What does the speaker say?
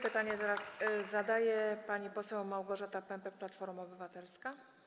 Pytanie teraz zadaje pani poseł Małgorzata Pępek, Platforma Obywatelska.